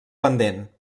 pendent